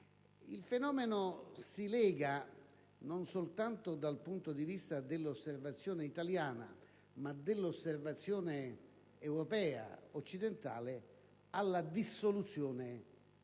Il fenomeno si lega non soltanto dal punto di vista dell'osservazione italiana ma di quella europea, occidentale, alla dissoluzione dei